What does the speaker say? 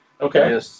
Okay